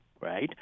right